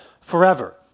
forever